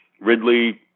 Ridley